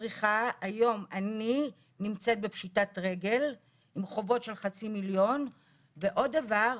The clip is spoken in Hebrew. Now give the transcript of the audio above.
היום אני נמצאת בהליך של פשיטת רגל עם חובות של כחצי מיליון ₪ ועוד דבר,